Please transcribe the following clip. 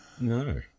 No